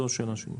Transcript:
זו השאלה שלי.